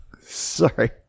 Sorry